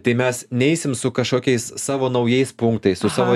tai mes neisim su kažkokiais savo naujais punktais su savo